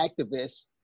activists